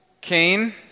Cain